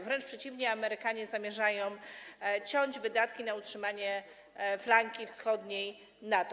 Wręcz przeciwnie, Amerykanie zamierzają ciąć wydatki na utrzymanie flanki wschodniej NATO.